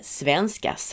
svenska